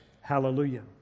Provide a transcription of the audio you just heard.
hallelujah